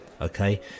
Okay